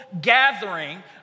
gathering